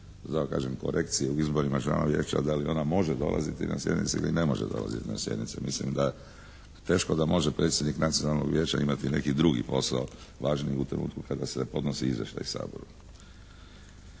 tako kažem korekcije u izborima članova Vijeća, da li ona može dolaziti na sjednice ili ne može dolaziti na sjednice. Mislim da teško da može predsjednik Nacionalnog vijeća imati neki drugi posao važniji u trenutku kada se podnosi izvještaj Saboru.